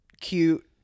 cute